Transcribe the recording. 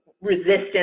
resistance